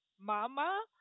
mama